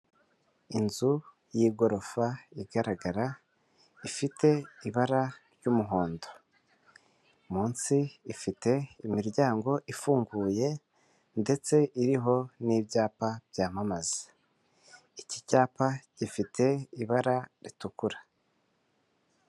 Inzu y'igorofa igaragara ifite ibara ry'umuhondo munsi ifite imiryango ifunguye ndetse iriho n'ibyapa byamamaza iki cyapa gifite ibara ritukura.